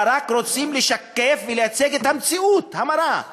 רק רוצים לשקף ולייצג את המציאות המרה.